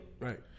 Right